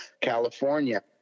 California